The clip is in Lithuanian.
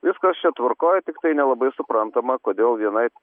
viskas čia tvarkoj tiktai nelabai suprantama kodėl vienaip